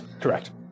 correct